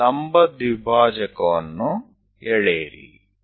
એક લંબદ્વિભાજક દોરો